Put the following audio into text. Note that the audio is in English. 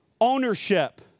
ownership